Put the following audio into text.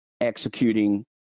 executing